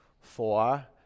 four